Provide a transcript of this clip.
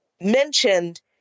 mentioned